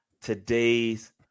today's